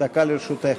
דקה לרשותך.